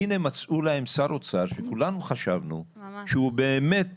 והנה מצאו להם שר אוצר שכולנו חשבנו שהוא באמת